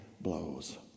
blows